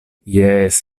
jes